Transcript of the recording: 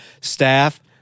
staff